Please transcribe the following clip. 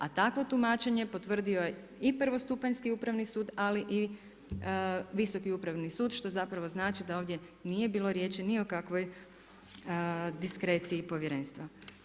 A takvo tumačenje, potvrdio je i prvostupanjski upravni sud, ali i Visoki upravni sud, što zapravo znači, da ovdje nije bilo riječi ni o kakvoj diskreciji povjerenstva.